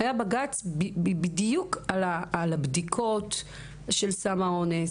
היה בג"ץ בדיוק על הבדיקות של סם האונס,